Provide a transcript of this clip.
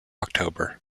october